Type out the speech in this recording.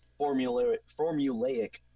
formulaic